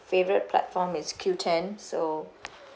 favourite platform is Qoo ten so